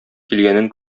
килгәнен